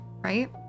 right